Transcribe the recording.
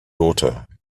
daughter